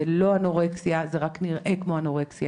זו לא אנורקסיה - זה רק נראה כמו אנורקסיה.